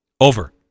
Over